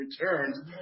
returns